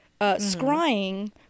scrying